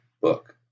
book